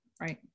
right